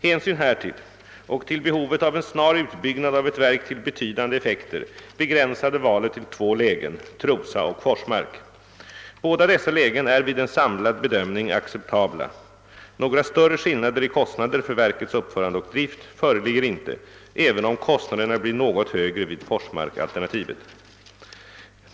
Hänsyn härtill och till behovet av en snar utbyggnad av ett verk till betydande effekter begränsade valet till två lägen, Trosa och Forsmark. Båda dessa lägen är vid en samlad bedömning acceptabla. Några större skillnader i kostnader för verkets uppförande och drift föreligger inte, även om kostnaderna blir något högre vid Forsmarkalternativet.